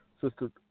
Sister